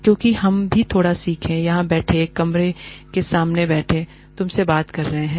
क्योंकि हम भी थोड़ा सीखो यहाँ बैठे एक कैमरे के सामने बैठे तुमसे बात कर रहे हैं